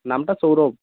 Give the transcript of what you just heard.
নামটা সৌরভ